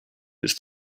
his